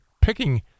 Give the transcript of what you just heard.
picking